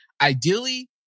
ideally